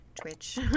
Twitch